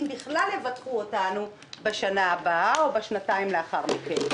אם בכלל יבטחו אותנו בשנה הבאה או בשנתיים לאחר מכן.